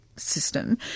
System